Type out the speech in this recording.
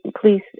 Please